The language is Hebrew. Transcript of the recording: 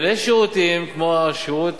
יש שירותים, כמו השירות